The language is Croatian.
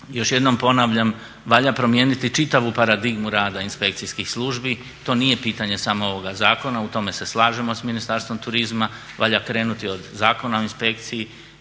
još jednom ponavljam valja promijeniti čitavu paradigmu rada inspekcijskih službi, to nije pitanje samo ovoga zakona u tome se slažemo s Ministarstvom turizma, valja krenuti od Zakona o inspekciji